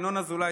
ינון אזולאי,